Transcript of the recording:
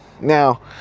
Now